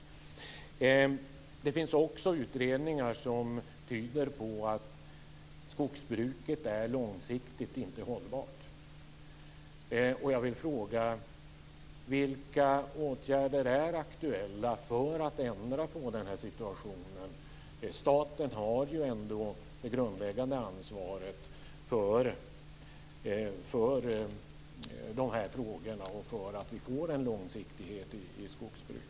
Det finns också utredningar som tyder på att skogsbruket inte är långsiktigt hållbart. Vilka åtgärder är aktuella för att ändra på situationen? Staten har ju ändå det grundläggande ansvaret för frågorna och för att vi får en långsiktighet i skogsbruket.